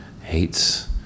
hates